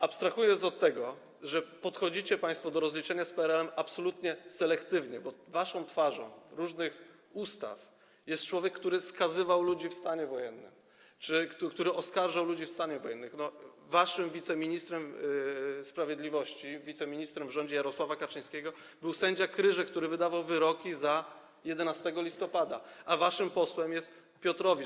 Abstrahuję już od tego, że podchodzicie państwo do rozliczenia z PRL-em selektywnie, bo twarzą waszych różnych ustaw jest człowiek, który skazywał ludzi w stanie wojennym czy oskarżał ludzi w stanie wojennym, a waszym wiceministrem sprawiedliwości, wiceministrem w rządzie Jarosława Kaczyńskiego, był sędzia Kryże, który wydawał wyroki za 11 listopada, zaś waszym posłem jest Piotrowicz.